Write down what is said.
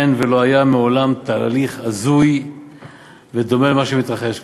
אין ולא היה מעולם תהליך הזוי ודומה למה שמתרחש כאן.